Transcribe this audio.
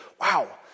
wow